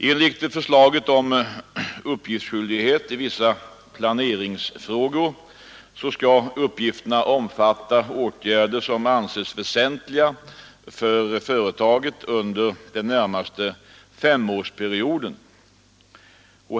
Enligt förslaget om uppgiftsskyldighet i vissa planeringsfrågor skall uppgifterna omfatta åtgärder som anses väsentliga för företaget under den närmaste femårsperioden.